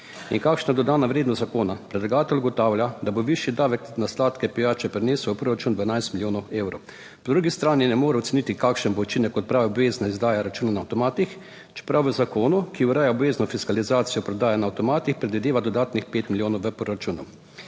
In kakšna je dodana vrednost zakona? Predlagatelj ugotavlja, da bo višji davek na sladke pijače prinesel v proračun 12 milijonov evrov. Po drugi strani ne more oceniti, kakšen bo učinek odprave obvezne izdaje računov na avtomatih, čeprav v zakonu, ki ureja obvezno fiskalizacijo prodaje na avtomatih, predvideva dodatnih pet milijonov v proračunu